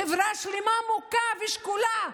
חברה שלמה מוכה ושכולה.